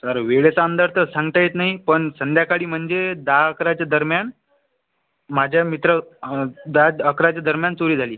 sir वेळेचा अंदाज तर सांगता येत नाही पण संध्याकाळी म्हणजे दहा अकराच्या दरम्यान माझ्या मित्र दहाच अकराच्या दरम्यान चोरी झाली